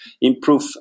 improve